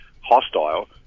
hostile